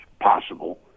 possible